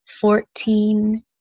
fourteen